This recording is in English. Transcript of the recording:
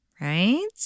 right